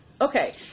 okay